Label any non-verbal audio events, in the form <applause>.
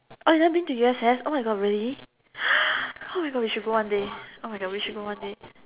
oh you've never been to U_S_S oh my god really <noise> oh my god we should go one day oh my god we should go one day